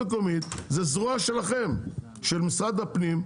זה זרוע שלכם, של משרד הפנים,